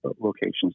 locations